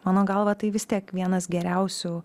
mano galva tai vis tiek vienas geriausių